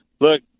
look